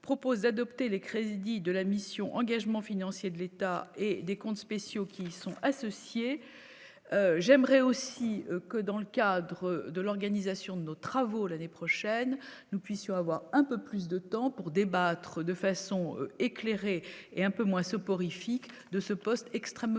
propose adopté les crédits de la mission engagement financier de l'État et des comptes spéciaux qui sont associés, j'aimerais aussi que dans le cadre de l'organisation de nos travaux l'année prochaine, nous puissions avoir un peu plus de temps pour débattre de façon éclairée et un peu moins soporifiques de ce poste extrêmement important,